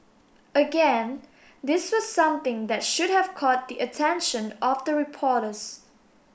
again this was something that should have caught the attention of the reporters